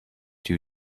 two